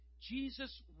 Jesus